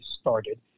started